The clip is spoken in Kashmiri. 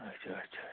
اچھا اچھا اچھا